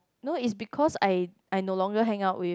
no is because I I no longer hang out with